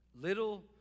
Little